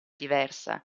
diversa